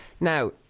now